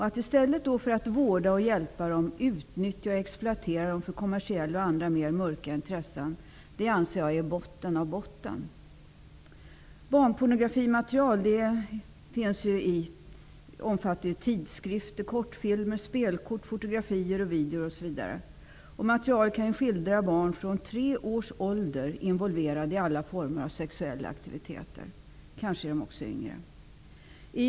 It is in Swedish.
Att i stället för att vårda eller hjälpa det utnyttja och exploatera det för kommersiella och andra mer skumma intressen anser jag vara botten av botten. Materialet kan skildra barn från tre års ålder involverade i alla former av sexuella aktiviteter. Kanske utsätts också yngre barn för detta.